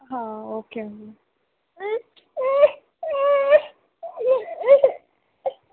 okay అండి